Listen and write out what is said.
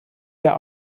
der